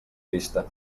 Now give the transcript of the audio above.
vista